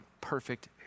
perfect